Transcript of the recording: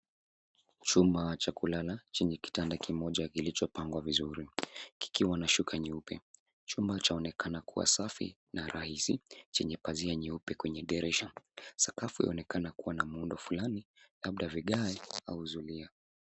Chumba cha kulala chenye kitanda kimoja kilichopangwa vizuri, kikiwa na shuka nyeupe. Chumba cha onekana kuwa safi na rahisi chenye pazia nyeupe kwenye dirisha. Sakafu laonekana kuwa na muundo fulani, labda vigae au zulia.